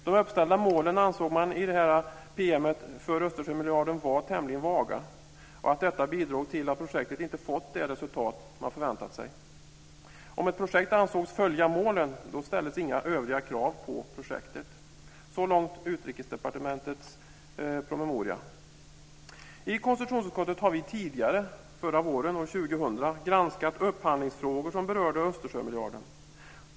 De uppställda målen för Östersjömiljarden ansåg man i PM:et var tämligen vaga och att detta bidrog till att projektet inte fått det resultat man förväntat sig. Om ett projekt ansågs följa målen ställdes inga övriga krav på projektet. Så långt Utrikesdepartementets promemoria. I konstitutionsutskottet har vi tidigare, förra våren 2000, granskat upphandlingsfrågor som berörde Östersjömiljarden.